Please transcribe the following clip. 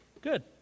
Good